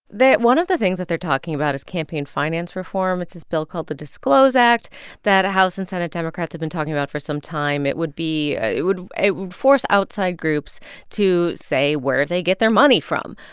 one of the things that they're talking about is campaign finance reform. it's this bill called the disclose act that house and senate democrats have been talking about for some time. it would be ah it would force outside groups to say where they get their money from.